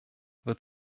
wird